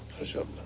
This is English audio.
hush up